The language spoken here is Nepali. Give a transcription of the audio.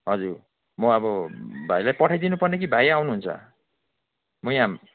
हजुर म अब भाइलाई पठाइदिनु पर्ने कि भाइ आउनुहुन्छ मै आउँ